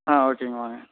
ஆ ஓகேங்க வாங்க